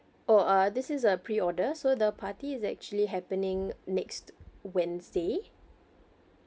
oh uh this is a pre order so the party is actually happening next wednesday